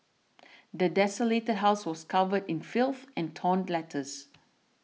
the desolated house was covered in filth and torn letters